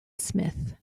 smith